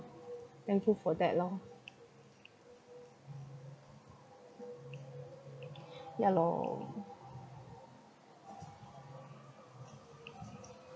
thankful for that lor ya lor